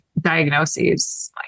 diagnoses